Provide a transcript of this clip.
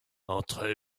entre